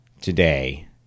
today